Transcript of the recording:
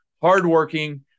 Hardworking